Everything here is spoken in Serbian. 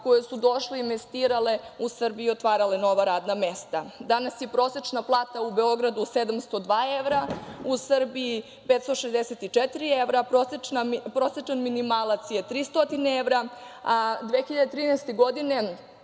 koje su došle i investirale u Srbiji u otvarale nova radna mesta. Danas je prosečna plata u Beogradu 702 evra, u Srbiji 564 evra, prosečan minimalac je 300 evra, a 2013. godine